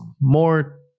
more